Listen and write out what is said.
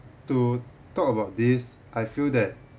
to talk about this I feel that